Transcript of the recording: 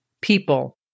people